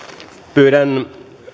pyydän saada